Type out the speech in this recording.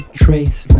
trace